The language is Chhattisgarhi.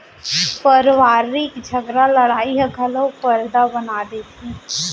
परवारिक झगरा लड़ई ह घलौ परदा बना देथे